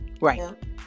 Right